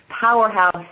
Powerhouse